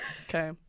Okay